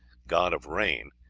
god of rain,